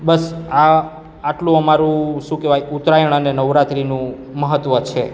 બસ આ આટલું અમારું શું કહેવાય ઉત્તરાયણ અને નવરાત્રીનું મહત્ત્વ છે